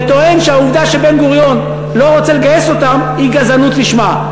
וטוען שהעובדה שבן-גוריון לא רוצה לגייס אותם היא גזענות לשמה.